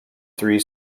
three